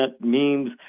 memes